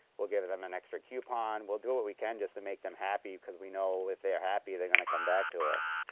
we'll give them an extra coupon. we'll do what we can just to make them happy, cause we know if they're happy they're gonna come back to us.